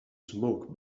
smoke